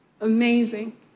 amazing